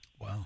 Wow